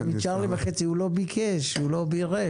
זה מצ'רלי וחצי, הוא לא ביקש, הוא לא בירך.